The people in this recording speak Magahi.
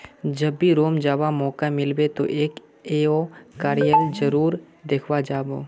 जब भी रोम जावा मौका मिलबे तो एफ ए ओ कार्यालय जरूर देखवा जा बो